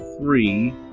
three